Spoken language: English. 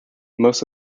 most